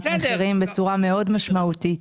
מחירים בצורה מאוד משמעותית.